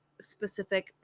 specific